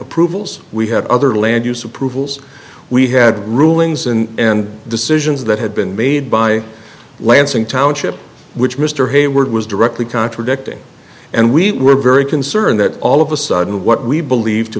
approvals we had other land use approvals we had rulings and decisions that had been made by lansing township which mr hayward was directly contradicting and we were very concerned that all of a sudden what we believe to